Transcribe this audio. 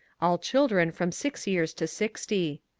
all children from six years to sixty.